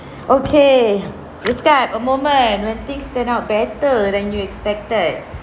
okay describe a moment when things turn out better than you expected